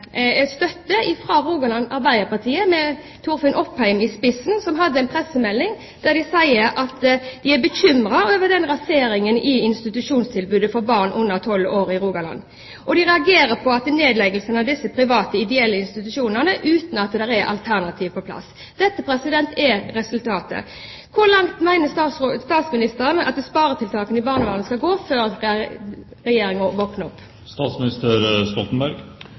støtte fra Rogaland Arbeiderparti, med Torfinn Opheim i spissen, gjennom en pressemelding der de sier at de er bekymret over raseringen i institusjonstilbudet for barn under tolv år i Rogaland. De reagerer på nedleggelsene av disse private ideelle institusjonene uten at det er alternativ på plass. Dette er resultatet. Hvor langt mener statsministeren at sparetiltakene i barnevernet skal gå før